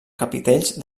capitells